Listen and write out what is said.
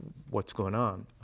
what's going on?